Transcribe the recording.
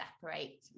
separate